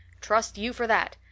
trust you for that!